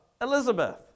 Elizabeth